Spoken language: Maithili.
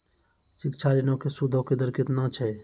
शिक्षा ऋणो के सूदो के दर केतना छै?